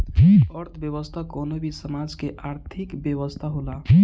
अर्थव्यवस्था कवनो भी समाज के आर्थिक व्यवस्था होला